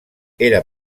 era